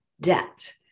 debt